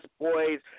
boys